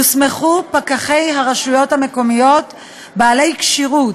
יוסמכו פקחי הרשויות המקומיות בעלי כשירות,